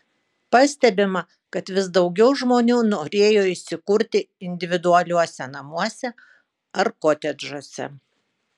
pastebima kad vis daugiau žmonių norėjo įsikurti individualiuose namuose ar kotedžuose